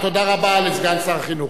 תודה רבה לסגן שר החינוך.